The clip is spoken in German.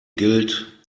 gilt